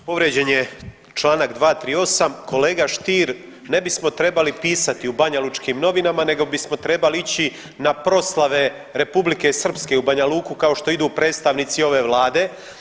Povrijeđen je čl. 238. kolega Stier ne bismo trebali pisati u banjalučkim novinama nego bismo trebali ići na proslave Republike Srpske u Banja Luku kao što idu predstavnici ove vlade.